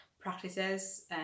practices